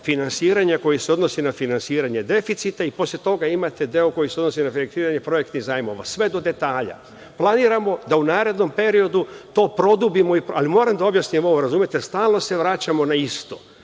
finansiranja koji se odnosi na finansiranje deficita i posle toga imate deo koji se odnosi na finansiranje projektnih zajmova, sve do detalja. Planiramo da u narednom periodu to produbimo. Moram da objasnim ovo. Stalno se vraćamo na isto.